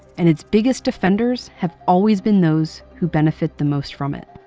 and its biggest defenders have always been those who benefit the most from it.